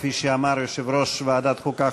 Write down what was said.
כפי שאמר יושב-ראש ועדת החוקה,